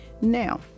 Now